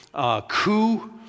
coup